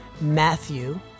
Matthew